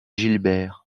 gilbert